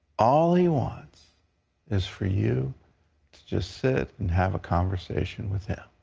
all he wants is for you to just sit and have a conversation with him.